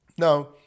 Now